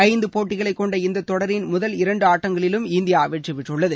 ஐந்து போட்டிகளைக் கொண்ட இந்த தொடரின் முதல் இரண்டு ஆட்டங்களிலும் இந்தியா வெற்றி பெற்றுள்ளது